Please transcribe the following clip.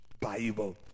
Bible